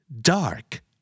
Dark